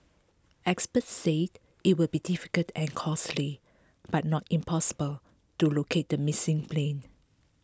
experts say it will be difficult and costly but not impossible to locate the missing plane